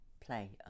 play